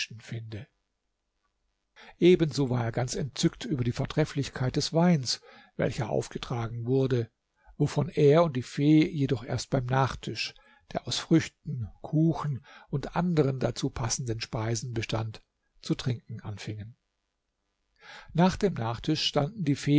finde ebenso war er ganz entzückt über die vortrefflichkeit des weins welcher aufgetragen wurde wovon er und die fee jedoch erst beim nachtisch der aus früchten kuchen und anderen dazu passenden speisen bestand zu trinken anfingen nach dem nachtisch standen die